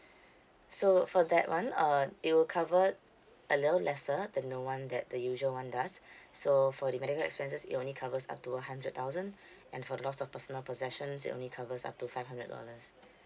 so for that one uh it will covee a little lesser than the one that the usual one does so for the medical expenses it'll only covers up to a hundred thousand and for the loss of personal possessions it'll only covers up to five hundred dollars